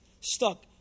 stuck